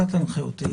אתה תנחה אותי.